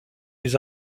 les